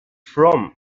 from